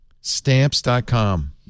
Stamps.com